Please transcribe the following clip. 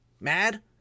mad